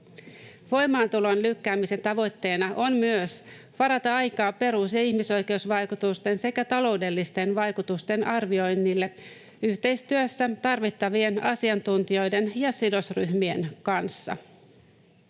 Voimaantulon lykkäämisen tavoitteena on myös varata aikaa perus- ja ihmisoikeusvaikutusten sekä taloudellisten vaikutusten arvioinnille yhteistyössä tarvittavien asiantuntijoiden ja sidosryhmien kanssa.